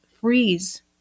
freeze